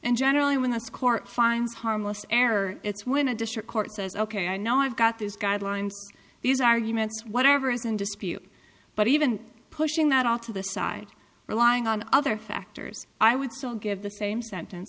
and generally when this court finds harmless error it's when a district court says ok i know i've got these guidelines these arguments whatever is in dispute but even pushing that all to the side relying on other factors i would still give the same sentence